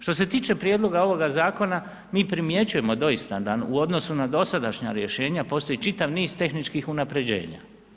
Što se tiče prijedloga ovoga zakona, mi primjećujemo doista, da u odnosu na dosadašnja rješenja, postoji čitav niz tehničkih unaprijeđena.